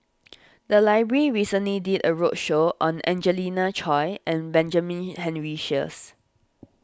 the library recently did a roadshow on Angelina Choy and Benjamin Henry Sheares